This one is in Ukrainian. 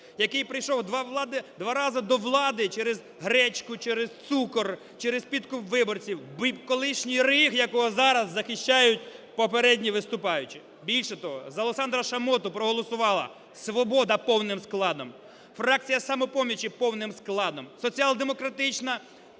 Який прийшов два рази до влади через гречку, через цукор, через підкуп виборців, колишній "риг", якого зараз захищали попередні виступаючі. Більше того, за Олександра Шамоту проголосувала "Свобода" повним складом, фракція "Самопомочі" повним складом, Соціал-демократична